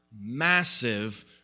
massive